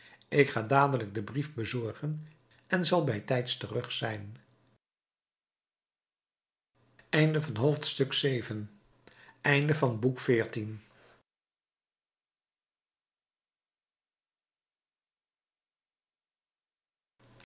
ik ga dadelijk den brief bezorgen en zal bijtijds terug zijn